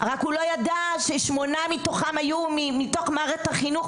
הוא רק לא ידע ששמונה מתוכם היו מתוך מערכת החינוך,